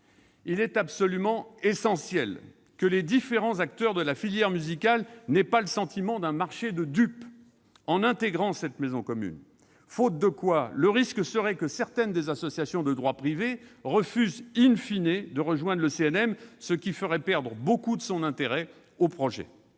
Il est absolument essentiel que les différents acteurs de la filière musicale n'aient pas le sentiment d'un marché de dupes en intégrant cette maison commune, faute de quoi le risque serait que certaines des associations de droit privé refusent de rejoindre le CNM, ce qui ferait perdre beaucoup de son intérêt au projet.